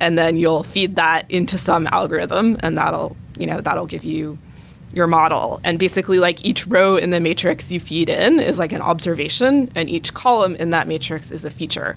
and then you'll feed that into some algorithm and you know that will give you your model. and basically, like each row in the matrix you feed in is like an observation and each column in that matrix is a feature.